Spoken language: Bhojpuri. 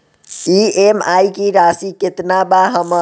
ई.एम.आई की राशि केतना बा हमर?